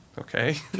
Okay